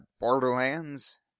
Borderlands